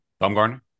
Bumgarner